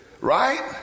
right